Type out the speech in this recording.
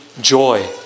joy